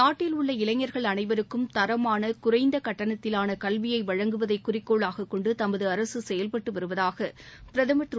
நாட்டில் உள்ள இளைஞர்கள் அனைவருக்கும் தரமான குறைந்த கட்டணத்திலான கல்வியை வழங்குவதை குறிக்கோளாக கொண்டு தமது அரசு செயல்பட்டு வருவதாக பிரதமர் திரு